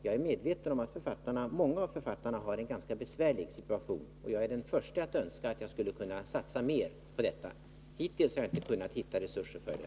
Jag är medveten om att många av författarna har en ganska besvärlig situation, och jag är den förste att önska att jag skulle kunna satsa mer på detta område. Hittills har jag inte kunnat hitta resurser för det.